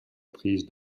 prise